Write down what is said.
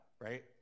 right